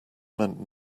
meant